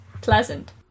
pleasant